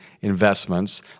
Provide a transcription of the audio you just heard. investments